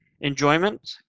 enjoyment